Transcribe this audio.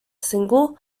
single